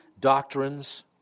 doctrines